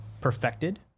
perfected